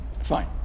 fine